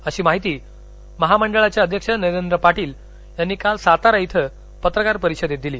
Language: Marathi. अशी माहिती महामंडळाचे अध्यक्ष नरेंद्र पाटील यांनी काल सातारा इथं पत्रकार परिषदेत दिली